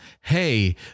Hey